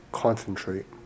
concentrate